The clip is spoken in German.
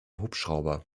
hubschrauber